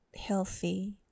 healthy